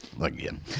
Again